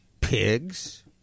pigs